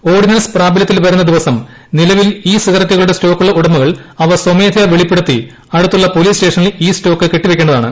ordinance പ്രാബലൃത്തിൽ വരുന്ന ദിവസം നിലവിൽ ഇ സിഗരറ്റുകളുടെ സ്റ്റോക്കുള്ള ഉടമകൾ അവ സ്വമേധയാ വെളിപ്പെടുത്തി അടുത്തുള്ള പോലീസ് സ്റ്റേഷനിൽ ഈ സ്റ്റോക്ക് കെട്ടി വയ്ക്കേണ്ടതാണ്